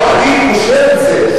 לא, אני קושר את זה.